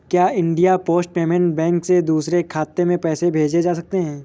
क्या India Post Payment Bank से दूसरे खाते में पैसे भेजे जा सकते हैं?